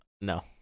no